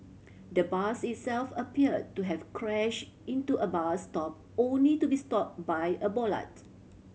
the bus itself appeared to have crashed into a bus stop only to be stopped by a bollard